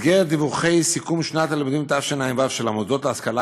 במסגרת דיווחי סיכום שנת הלימודים תשע"ו של המוסדות להשכלה